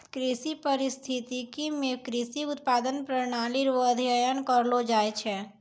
कृषि परिस्थितिकी मे कृषि उत्पादन प्रणाली रो अध्ययन करलो जाय छै